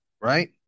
Right